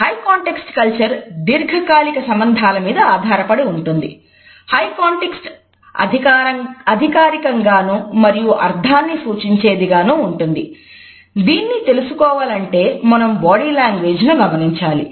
high context culture ను గమనించాలి